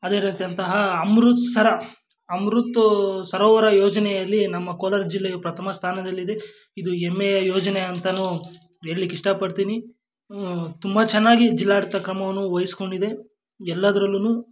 ಅದೇ ರೀತಿ ಅಂತಹ ಅಮೃತ್ ಸರ ಅಮೃತ ಸರೋವರ ಯೋಜನೆಯಲ್ಲಿ ನಮ್ಮ ಕೋಲಾರ ಜಿಲ್ಲೆಯು ಪ್ರಥಮ ಸ್ಥಾನದಲ್ಲಿದೆ ಇದು ಹೆಮ್ಮೆಯ ಯೋಜನೆ ಅಂತನೂ ಹೇಳ್ಲಿಕ್ಕೆ ಇಷ್ಟಪಡ್ತೀನಿ ತುಂಬ ಚೆನ್ನಾಗಿ ಜಿಲ್ಲಾಡಳಿತ ಕ್ರಮವನ್ನು ವಹಿಸ್ಕೊಂಡಿದೆ ಎಲ್ಲದ್ರಲ್ಲೂ